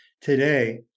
today